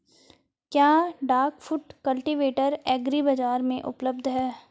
क्या duck foot cultivator agri बाज़ार में उपलब्ध है?